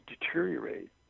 deteriorate